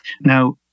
Now